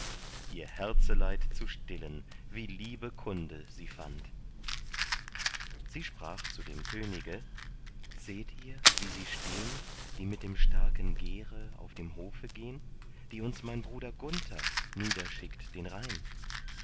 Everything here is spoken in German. ihr herzeleid zu stillen wie liebe kunde sie fand sie sprach zu dem könige seht ihr wie sie stehn die mit dem starken gere auf dem hofe gehn die uns mein bruder gunther nieder schickt den rhein